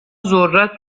ذرت